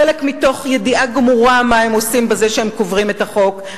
חלק מתוך ידיעה גמורה מה הם עושים בזה שהם קוברים את החוק,